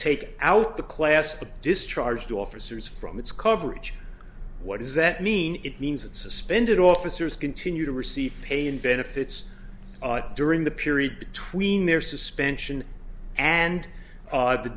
take out the class of discharged officers from its coverage what does that mean it means that suspended officers continue to receive pay and benefits during the period between their suspension and